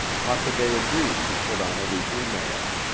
hockaday agreed to put on a weekly mail.